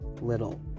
little